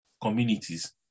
communities